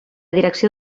direcció